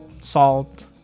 salt